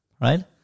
right